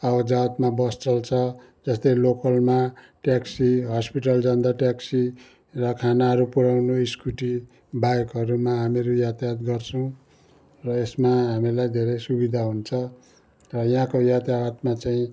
आवत जावतमा बस चल्छ जस्तै लोकलमा ट्याक्सी हस्पिटल जाँदा ट्याक्सी र खानाहरू पुर्याउनु स्कुटी बाइकहरूमा हामीहरू यातायात गर्छौँ र यसमा हामीहरूलाई धेरै सुविधा हुन्छ र यहाँको यातायातमा चाहिँ